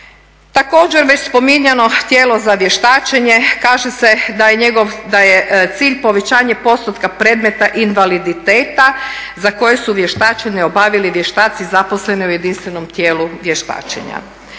Također već spominjano tijelo za vještačenje kada se da je njegov, da je cilj povećanje postotka predmeta invaliditeta za koje su vještačenje obavili vještaci zaposleni u jedinstvenom tijelu vještačenja.